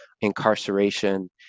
incarceration